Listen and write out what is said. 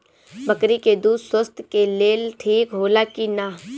बकरी के दूध स्वास्थ्य के लेल ठीक होला कि ना?